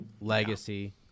legacy